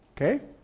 Okay